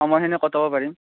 সময়খিনি কটাব পাৰিম